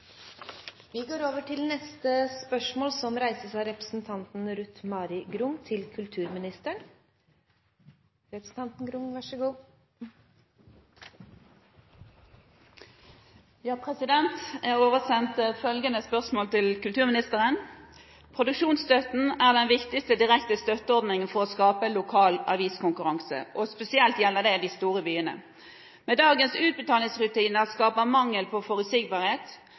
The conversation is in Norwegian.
Jeg har oversendt følgende spørsmål til kulturministeren: «Produksjonsstøtten er den viktigste direkte støtteordningen for å skape lokal aviskonkurranse og spesielt i de store byene. Men dagens utbetalingsrutiner skaper mangel på forutsigbarhet